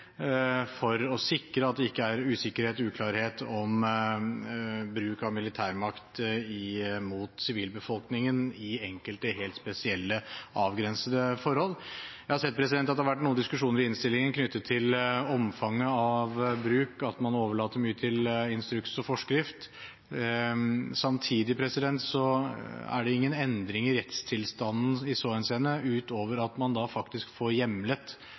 for å sikre at det ikke er usikkerhet og uklarhet om bruk av militærmakt mot sivilbefolkningen i enkelte helt spesielle, avgrensede forhold. Jeg har sett at det har vært noen diskusjoner i innstillingen knyttet til omfanget av bruk, at man overlater mye til instruks og forskrift. Samtidig er det ingen endring i rettstilstanden i så henseende utover at man faktisk får hjemlet